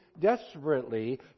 desperately